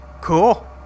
Cool